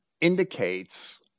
indicates